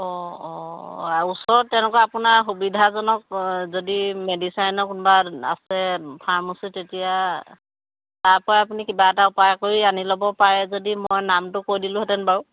অঁ অঁ আৰু ওচৰত তেনেকুৱা আপোনাৰ সুবিধাজনক যদি মেডিচাইনৰ কোনোবা আছে ফাৰ্মাচী তেতিয়া তাৰ পৰা আপুনি কিবা এটা উপায় কৰি আনি ল'ব পাৰে যদি মই নামটো কৈ দিলোহেঁতেন বাৰু